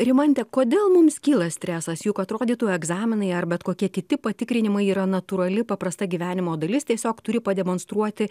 rimante kodėl mums kyla stresas juk atrodytų egzaminai ar bet kokie kiti patikrinimai yra natūrali paprasta gyvenimo dalis tiesiog turi pademonstruoti